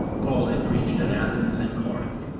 paul had preached at athens and corinth,